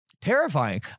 terrifying